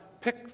pick